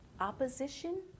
opposition